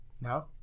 No